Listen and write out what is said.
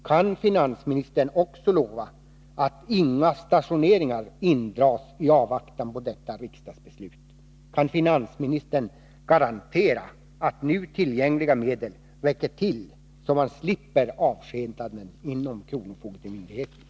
Kan finansministern också lova att inga stationeringar indras i avvaktan på detta riksdagsbeslut? Kan finansministern garantera att nu tillgängliga medel räcker till, så att man slipper avskedanden inom kronofogdemyndigheterna?